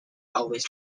always